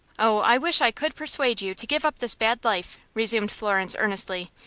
oh, i wish i could persuade you to give up this bad life, resumed florence, earnestly,